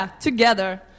together